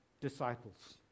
disciples